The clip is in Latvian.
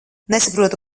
nesaprotu